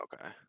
Okay